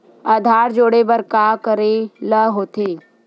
आधार जोड़े बर का करे ला होथे?